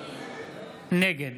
נגד